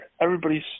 Everybody's